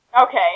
Okay